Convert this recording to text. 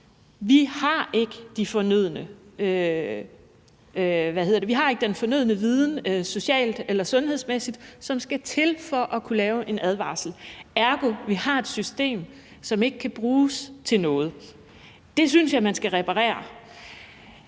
Vi har ikke den fornødne viden socialt eller sundhedsmæssigt, som skal til, for at kunne give en advarsel. Ergo har vi et system, som ikke kan bruges til noget. Det synes jeg man skal reparere.